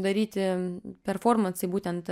daryti performansai būtent